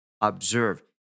observe